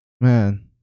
man